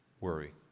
worry